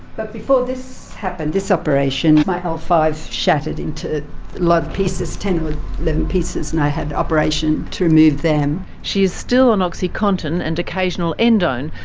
but before this happened, this operation, my l five shattered into a lot of pieces, ten eleven pieces, and i had an operation to remove them. she is still on oxycontin and occasional endone,